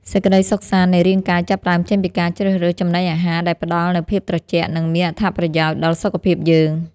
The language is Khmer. សេចក្តីសុខសាន្តនៃរាងកាយចាប់ផ្តើមចេញពីការជ្រើសរើសចំណីអាហារដែលផ្ដល់នូវភាពត្រជាក់និងមានអត្ថប្រយោជន៍ដល់សុខភាពយើង។